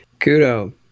kudo